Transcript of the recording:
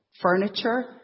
furniture